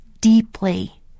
Deeply